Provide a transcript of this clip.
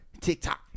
TikTok